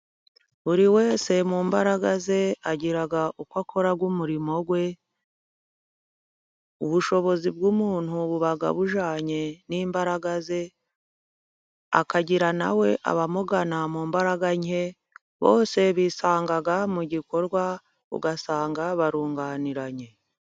Buri wese mu mbaraga ze agira uko akora umurimo we ,ubushobozi bw'umuntu buba bujanye n'imbaraga ze, akagira na we abamugana mu mbaraga nke, bose bisanga mu gikorwa, ugasanga barunganiranye.